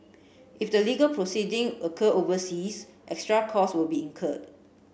if the legal proceeding occur overseas extra costs will be incurred